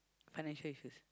financial issues